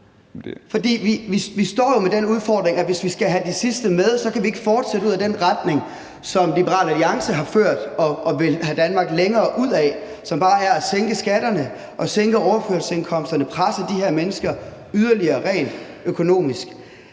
vi står jo med den udfordring, at hvis vi skal have de sidste med, kan vi ikke fortsætte ud ad det spor, som Liberal Alliance har ført og har villet have Danmark længere ud ad, og som bare er at sænke skatterne og sænke overførselsindkomsterne og at presse de her mennesker yderligere rent økonomisk.